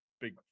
big